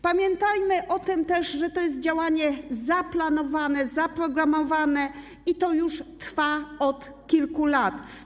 Pamiętajmy też o tym, że to jest działanie zaplanowane, zaprogramowane i to już trwa od kilku lat.